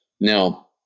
Now